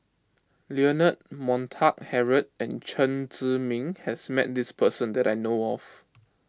Leonard Montague Harrod and Chen Zhiming has met this person that I know of